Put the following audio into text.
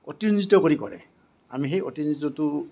অতিৰঞ্জিত কৰি কৰে আমি সেই অতিৰঞ্জিতটো